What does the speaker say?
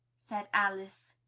said alice.